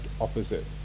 opposite